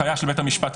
לכישלון.